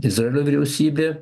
izraelio vyriausybė